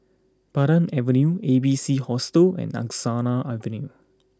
Pandan Avenue A B C Hostel and Angsana Avenue